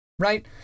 Right